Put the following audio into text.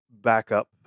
backup